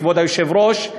כבוד היושב-ראש,